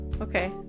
okay